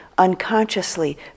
unconsciously